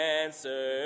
answer